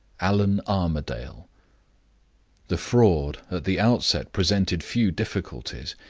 allan armadale the fraud at the outset presented few difficulties.